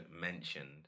mentioned